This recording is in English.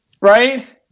Right